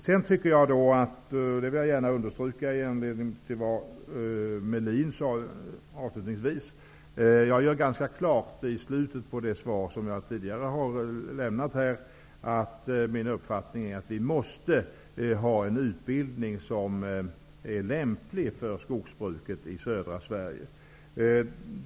Med anledning av vad Ulf Melin sade, vill jag understryka att jag i slutet av svaret gör klart att min uppfattning är att utbildningen måste vara tillämplig för skogsbruket i södra Sverige.